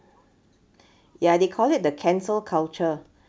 ya they call it the cancel culture